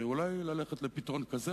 אולי כדאי ללכת לפתרון כזה,